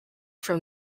from